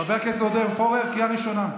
חבר כנסת עודד פורר, קריאה ראשונה.